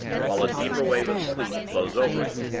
while a deeper wave of sleep flows over it,